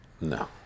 No